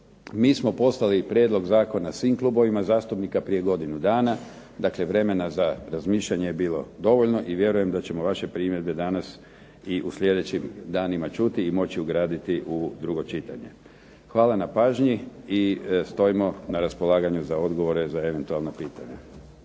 Mi smo poslali prijedlog zakona svim klubovima zastupnika prije godinu dana, dakle vremena za razmišljanje je bilo dovoljno i vjerujem da ćemo vaše primjedbe danas i u sljedećim danima čuti i moći ugraditi u drugo čitanje. Hvala na pažnji i stojimo na raspolaganju za odgovore za eventualna pitanja.